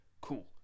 Cool